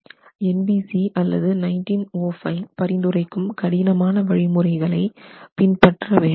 NBC அல்லது 1905 பரிந்துரைக்கும் கடினமான வழிமுறைகளை பின்பற்ற வேண்டாம்